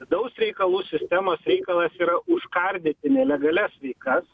vidaus reikalų sistemos reikalas yra užkardyti nelegalias veikas